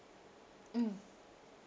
mm